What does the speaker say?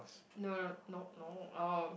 no no no no uh